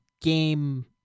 game